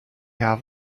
have